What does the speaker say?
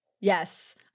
Yes